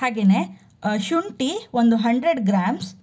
ಹಾಗೆಯೇ ಶುಂಠಿ ಒಂದು ಹಂಡ್ರೆಡ್ ಗ್ರಾಮ್ಸ್